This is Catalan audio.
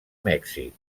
mèxic